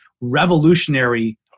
revolutionary